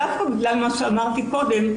דווקא בגלל מה שאמרתי קודם,